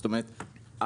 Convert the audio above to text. זאת אומרת,